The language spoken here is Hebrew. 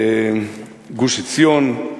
גוש-עציון,